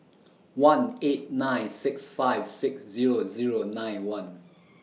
one eight nine six five six Zero Zero nine one